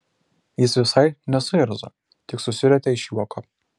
jis visai nesuirzo tik susirietė iš juoko